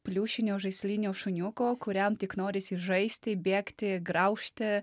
pliušinio žaislinio šuniuko kuriam tik norisi žaisti bėgti graužti